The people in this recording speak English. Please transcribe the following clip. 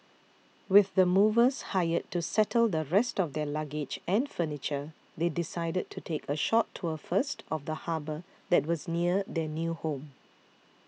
with the movers hired to settle the rest of their luggage and furniture they decided to take a short tour first of the harbour that was near their new home